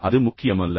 எனவே அது முக்கியமல்ல